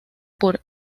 por